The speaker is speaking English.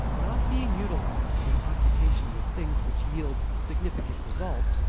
not being utilized in occupation with things which yield significant results,